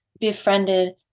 befriended